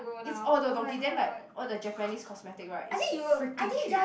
it's all Don-Don-Donki then like all the Japanese cosmetic right it's freaking cheap